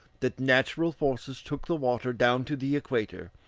that natural forces took the water down to the equator,